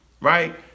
right